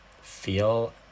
feel